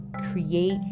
create